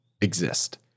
exist